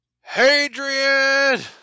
Hadrian